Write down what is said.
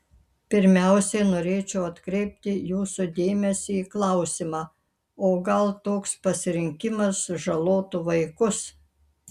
pirmiausiai norėčiau atkreipti jūsų dėmesį į klausimą o gal toks pasirinkimas žalotų vaikus